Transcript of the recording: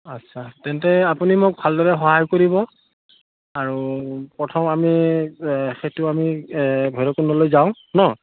আচ্ছা তেন্তে আপুনি মোক ভালদৰে সহায় কৰিব আৰু প্ৰথম আমি সেইটো আমি ভৈৰৱকুণ্ডলৈ যাওঁ ন